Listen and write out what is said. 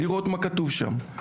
לראות מה כתוב שם,